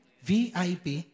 VIP